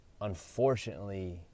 unfortunately